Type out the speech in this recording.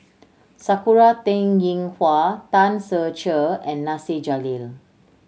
Sakura Teng Ying Hua Tan Ser Cher and Nasir Jalil